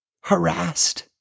harassed